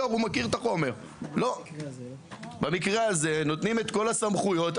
במקרה הזה נותנים את כול הסמכויות,